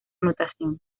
notación